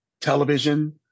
television